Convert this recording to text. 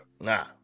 Nah